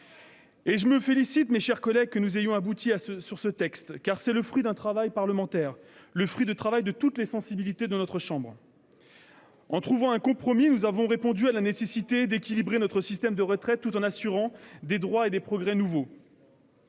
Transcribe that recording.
! Je me félicite, mes chers collègues, que nous ayons abouti à ce texte, car c'est le fruit du travail parlementaire- le fruit du travail de toutes les sensibilités de notre chambre. En trouvant un compromis, nous avons répondu à la nécessité d'équilibrer notre système de retraite tout en assurant des droits et progrès nouveaux.